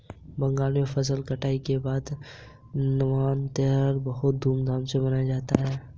बंगाल में फसल कटाई के बाद नवान्न त्यौहार बहुत धूमधाम से मनाया जाता है